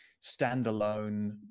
standalone